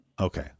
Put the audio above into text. okay